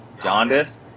jaundice